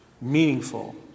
Meaningful